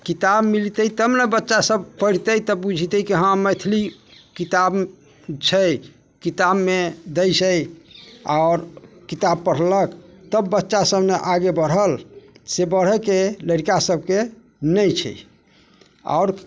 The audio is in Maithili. किताब मिलतै तब ने बच्चा सभ पढ़ितै तऽ बुझतै कि हँ मैथिली किताब छै किताबमे दै छै आओर किताब पढ़लक तब बच्चा सभ ने आगे बढ़ल से बढ़ैके लड़का सभके नहि छै आओर